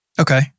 Okay